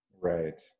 Right